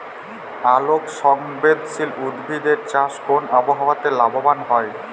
আলোক সংবেদশীল উদ্ভিদ এর চাষ কোন আবহাওয়াতে লাভবান হয়?